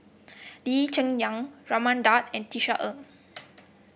Lee Cheng Yan Raman Daud and Tisa Ng